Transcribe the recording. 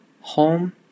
home